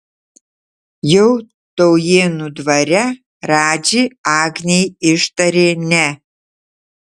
jau taujėnų dvare radži agnei ištarė ne